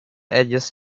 edges